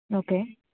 okay